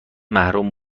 محروم